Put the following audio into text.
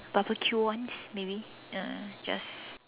barbecue ones maybe ya just